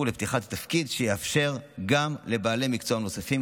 לפתיחת התפקיד כך שיתאפשר גם לבעלי מקצוע נוספים,